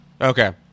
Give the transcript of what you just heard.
Okay